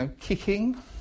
kicking